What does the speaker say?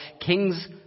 king's